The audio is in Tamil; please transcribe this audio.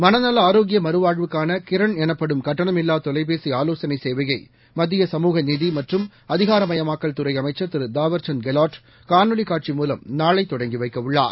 மனநல ஆரோக்கிய மறுவாழ்வுக்கான கிரண் எனப்படும் கட்டணமில்வா தொலைபேசி ஆலோசனை சேவைய மத்திய சமூக நீதி மற்றம் அதிகாரமயமாக்கல் துறை அமைக்சர் திரு தூவர்சந்த் கெலாட் காணொளிக் காட்சி மூலம் நாளை தொடங்கி வைக்கவுள்ளார்